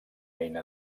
eina